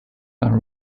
are